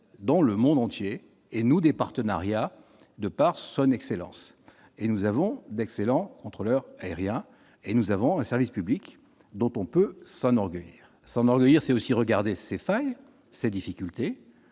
dans le monde entier et nouent des partenariats de par Son Excellence, et nous avons d'excellents contrôleur aérien et nous avons un service public dont on peut s'enorgueillir s'enorgueillir c'est aussi regarder ses failles, ses difficultés